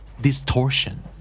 Distortion